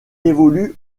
évolue